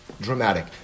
Dramatic